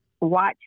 Watch